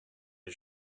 les